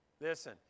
Listen